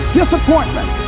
disappointment